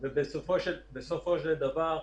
בסופו של דבר,